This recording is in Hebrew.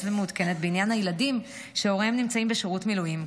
ומעודכנת בעניין הילדים שהוריהם נמצאים בשירות מילואים.